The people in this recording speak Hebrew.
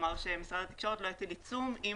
כלומר שמשרד התקשורת לא יטיל עיצום אם